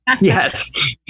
Yes